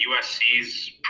USC's